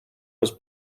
was